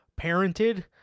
parented